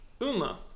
Uma